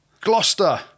Gloucester